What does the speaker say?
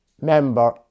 member